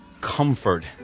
comfort